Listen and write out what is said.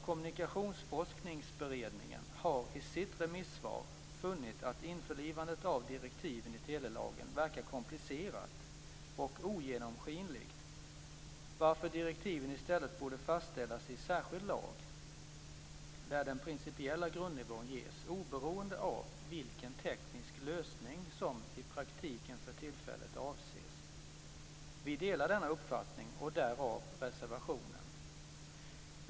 Kommunikationsforskningsberedningen har i sitt remissvar funnit att införlivandet av direktiven i telelagen verkar komplicerat och ogenomskinligt, varför direktiven i stället borde fastställas i särskild lag där den principiella grundnivån ges, oberoende av vilken teknisk lösning som i praktiken för tillfället avses. Vi delar denna uppfattning, och därav reservationen.